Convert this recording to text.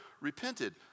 repented